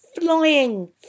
Flying